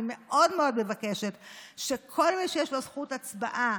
אני מאוד מאוד מבקשת שכל מי שיש לו זכות הצבעה